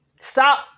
Stop